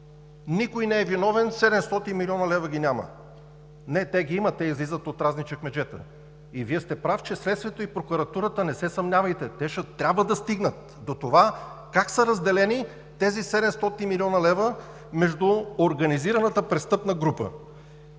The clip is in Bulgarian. Никой не е виновен – 700 млн. лв. ги няма. Не, има ги, те излизат от разни чекмеджета. И Вие сте прав, че следствието и прокуратурата, не се съмнявайте, трябва да стигнат до това как са разделени тези 700 млн. лв. между организираната престъпна група.